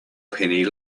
penny